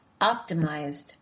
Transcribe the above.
optimized